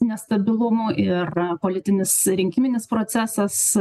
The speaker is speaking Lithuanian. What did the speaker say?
nestabilumų ir politinis rinkiminis procesas